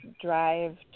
drive